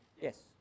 Yes